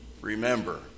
Remember